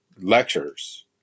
lectures